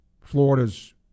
Florida's